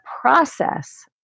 process